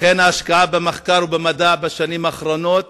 לכן, ההשקעה במחקר ובמדע בשנים האחרונות